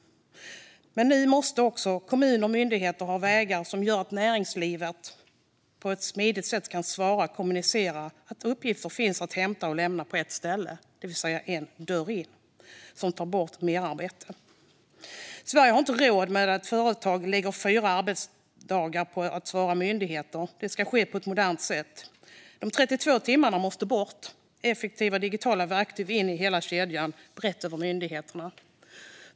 Men nu måste också kommuner och myndigheter ha vägar som gör att näringslivet på ett smidigt sätt kan svara och kommunicera och att uppgifter finns att hämta och lämna på ett ställe, det vill säga en dörr in, vilket tar bort merarbete. Sverige har inte råd med att företag lägger fyra arbetsdagar på att svara myndigheter. Det ska ske på ett modernt sätt. De 32 timmarna måste bort och effektiva digitala verktyg in i hela kedjan och brett över myndigheterna.